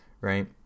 right